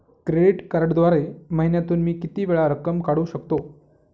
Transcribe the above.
Credit कार्डद्वारे महिन्यातून मी किती वेळा रक्कम काढू शकतो?